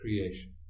creation